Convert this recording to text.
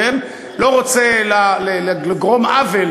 לא רוצה לגרום עוול